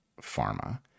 pharma